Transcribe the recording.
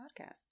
podcast